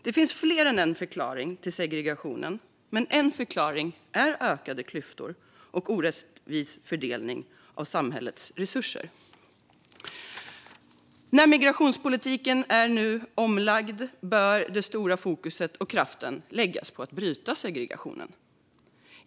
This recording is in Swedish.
Det finns fler än en förklaring till segregationen, men en förklaring är ökade klyftor och orättvis fördelning av samhällets resurser. Nu när migrationspolitiken är omlagd bör det stora fokuset och kraften läggas på att bryta segregationen.